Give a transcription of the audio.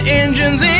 engine's